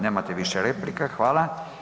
Nemate više replika, hvala.